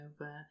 over